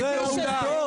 אלה העובדות.